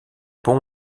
ponts